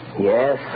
Yes